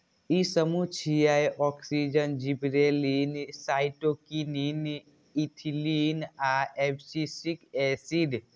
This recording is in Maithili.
ई समूह छियै, ऑक्सिन, जिबरेलिन, साइटोकिनिन, एथिलीन आ एब्सिसिक एसिड